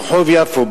רחוב יפו,